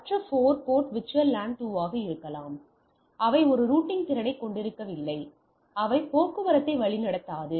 மற்ற 4 port VLAN 2 ஆக இருக்கலாம் ஆனால் அவை ரூட்டிங் திறனைக் கொண்டிருக்கவில்லை என்பதால் அவை போக்குவரத்தை வழிநடத்தாது